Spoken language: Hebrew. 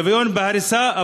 שוויון בהריסה,